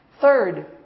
Third